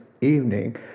evening